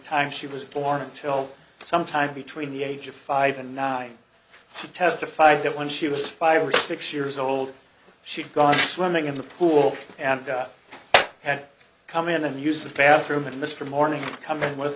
time she was born until sometime between the age of five and nine she testified that when she was five or six years old she had gone swimming in the pool and had come in and use the bathroom and mr morning come in with